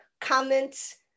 comments